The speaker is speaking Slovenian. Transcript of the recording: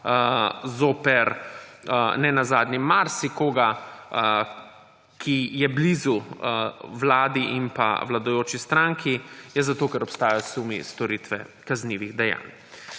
zoper nenazadnje marsikoga, ki je blizu Vladi in pa vladajoči stranki, je zato, ker obstajajo sumi storitve kaznivih dejanj.